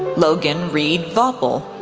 logan reid vaupel,